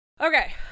Okay